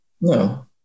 No